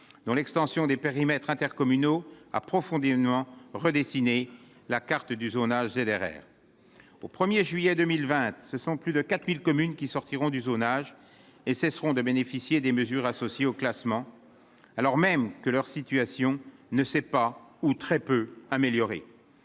dans l'extension des périmètres intercommunaux approfondir non redessiner la carte du zonage Federer au 1er juillet 2020, ce sont plus de 4000 communes qui sortiront du zonage et cesseront de bénéficier des mesures associées au classement alors même que leur situation ne s'est pas ou très peu améliorée